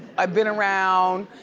i've been around,